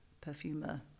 perfumer